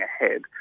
ahead